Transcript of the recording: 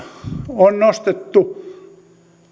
on nostettu